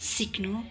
सिक्नु